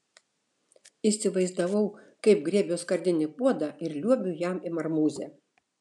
įsivaizdavau kaip griebiu skardinį puodą ir liuobiu jam į marmūzę